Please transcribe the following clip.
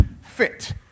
fit